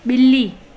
ॿिली